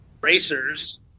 racers